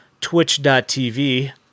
twitch.tv